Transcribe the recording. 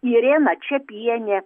irena čepienė